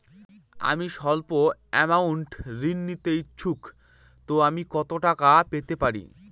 আমি সল্প আমৌন্ট ঋণ নিতে ইচ্ছুক তো আমি কত টাকা পেতে পারি?